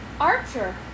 Archer